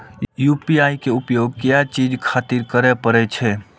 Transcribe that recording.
UPI के उपयोग किया चीज खातिर करें परे छे?